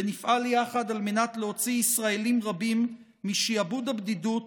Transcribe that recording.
ונפעל יחד להוציא ישראלים רבים משעבוד הבדידות